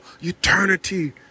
eternity